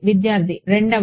విద్యార్థి రెండవది